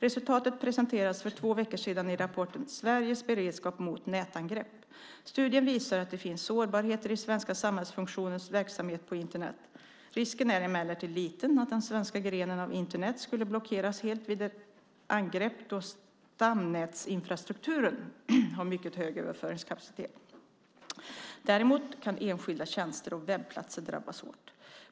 Resultatet presenterades för två veckor sedan i rapporten Sveriges beredskap mot nätangrepp . Studien visar att det finns sårbarheter i svenska samhällsfunktioners verksamhet på Internet. Risken är emellertid liten att den svenska grenen av Internet skulle blockeras helt vid ett angrepp då stamnätinfrastrukturen har mycket hög överföringskapacitet. Däremot kan enskilda tjänster och webbplatser drabbas hårt.